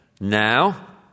Now